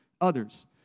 others